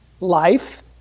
life